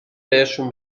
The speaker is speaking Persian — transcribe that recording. بهشون